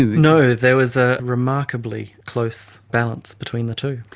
no, there was a remarkably close balance between the two.